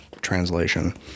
translation